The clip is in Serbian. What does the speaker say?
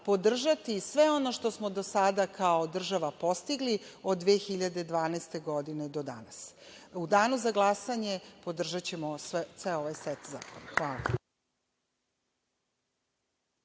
podržati sve ono što smo do sada kao država postigli od 2012. godine do danas.U danu za glasanje podržaćemo ceo ovaj set zakona. Hvala.